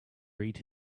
read